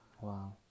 Wow